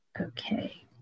Okay